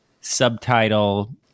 subtitle